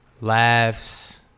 Laughs